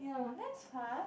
that's far